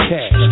Cash